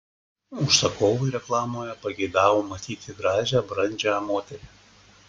užsakovai reklamoje pageidavo matyti gražią brandžią moterį